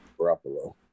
Garoppolo